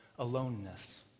aloneness